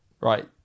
Right